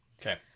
Okay